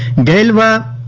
gala